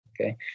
okay